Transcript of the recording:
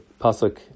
pasuk